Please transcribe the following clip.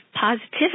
positivity